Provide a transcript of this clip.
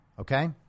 Okay